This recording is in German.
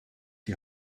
die